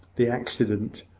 the accident,